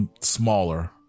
smaller